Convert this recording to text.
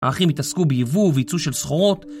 האחים התעסקו בייבוא וייצוא של סחורות